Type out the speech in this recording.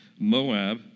Moab